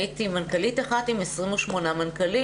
הייתי מנכ"לית אחת עם 28 מנכ"לים.